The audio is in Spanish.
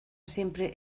siempre